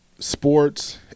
sports